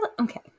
okay